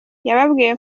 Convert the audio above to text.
yababwiye